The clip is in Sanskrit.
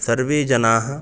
सर्वे जनाः